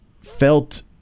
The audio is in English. felt